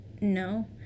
no